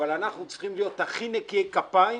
אבל אנחנו צריכים להיות הכי נקיי כפיים